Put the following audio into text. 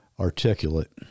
Articulate